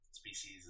species